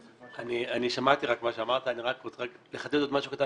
אני שמעתי מה שאמרת, אני רוצה לחדד עוד משהו קטן.